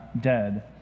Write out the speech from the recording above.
dead